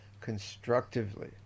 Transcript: constructively